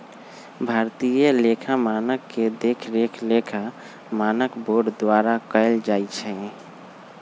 भारतीय लेखा मानक के देखरेख लेखा मानक बोर्ड द्वारा कएल जाइ छइ